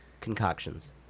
concoctions